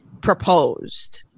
proposed